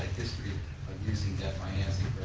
history of using debt financing